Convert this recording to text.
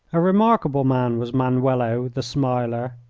a remarkable man was manuelo, the smiler.